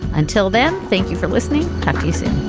until then, thank you for listening. partiesand